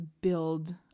build